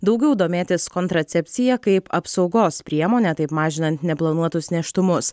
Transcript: daugiau domėtis kontracepcija kaip apsaugos priemone taip mažinant neplanuotus nėštumus